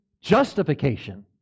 justification